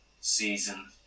season